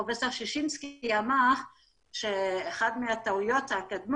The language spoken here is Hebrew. פרופ' ששינסקי אמר שאחת הטעויות פה,